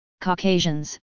Caucasians